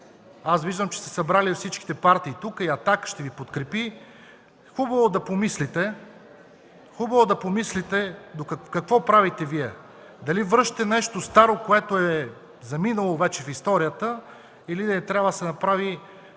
аз виждам, че сте се събрали всичките партии тук, и „Атака” ще Ви подкрепи, хубаво е да помислите какво правите Вие (шум и реплики), дали връщате нещо старо, което е заминало вече в историята или трябва да се направи